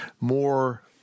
more